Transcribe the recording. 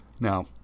Now